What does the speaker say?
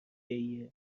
ایه